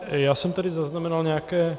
Já jsem tady zaznamenal nějaké...